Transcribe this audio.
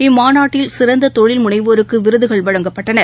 இம்மாநாட்டில் சிறந்ததொழில் முனைவோருக்குவிருதுகள் வழங்கப்பட்டன